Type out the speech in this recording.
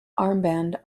armband